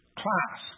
class